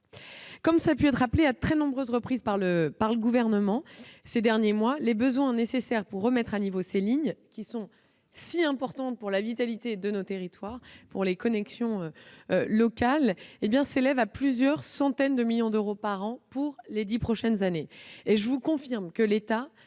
Comme cela a pu être rappelé à de nombreuses reprises par le Gouvernement ces derniers mois, les besoins nécessaires pour remettre à niveau ces lignes, si importantes pour la vitalité de nos territoires, pour les connexions locales, s'élèvent à plusieurs centaines de millions d'euros par an pour les dix prochaines années. Je vous confirme que l'État